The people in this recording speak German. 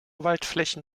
waldflächen